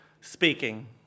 speaking